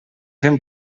fem